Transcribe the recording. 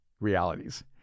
realities